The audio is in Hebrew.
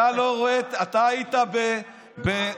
אתה היית, בבלפור.